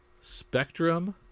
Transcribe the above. Spectrum